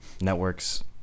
networks